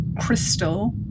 crystal